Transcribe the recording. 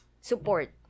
support